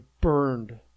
burned